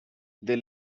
they